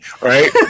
right